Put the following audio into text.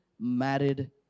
married